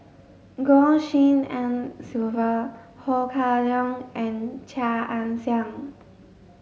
Goh Tshin En Sylvia Ho Kah Leong and Chia Ann Siang